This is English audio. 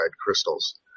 crystals